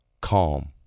calm